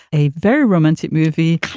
a very romantic movie.